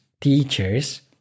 teachers